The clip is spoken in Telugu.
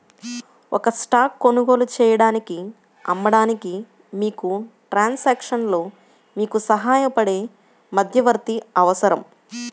ఒక స్టాక్ కొనుగోలు చేయడానికి, అమ్మడానికి, మీకు ట్రాన్సాక్షన్లో మీకు సహాయపడే మధ్యవర్తి అవసరం